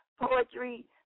poetry